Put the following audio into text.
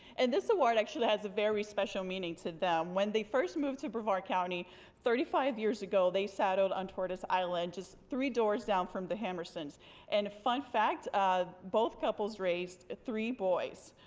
and this award actually has a very special meaning to them. when they first moved to brevard county thirty five years ago they sort of on tortoise island just three doors down from the hermansen and fun fact um both couples raised three boys.